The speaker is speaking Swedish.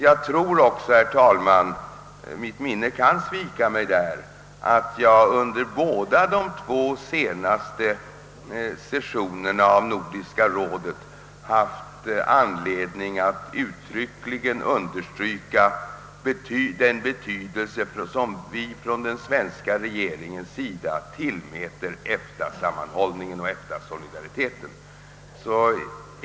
Jag tror också, herr talman — mitt minne kan svika mig på den punkten — att jag under båda de två senaste sessionerna med Nordiska rådet haft anledning att uttryckligen understryka den betydelse som den svenska regeringen tillmäter EFTA-sammanhållningen och EFTA-solidariteten.